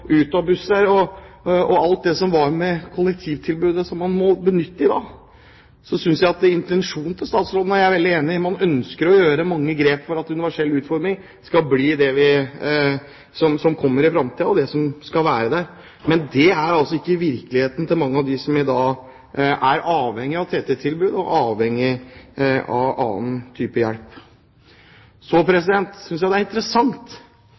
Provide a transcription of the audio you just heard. ut fra toget, inn på busser og ut av busser, og alt som var av kollektivtilbud man må benytte i dag. Jeg er veldig enig i intensjonen til statsråden, at man ønsker å ta mange grep for at universell utforming skal bli det som kommer i framtiden og det som skal være der. Men det er altså ikke virkeligheten for mange av dem som i dag er avhengig av TT-tilbud og av annen type hjelp. Jeg er